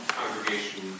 congregation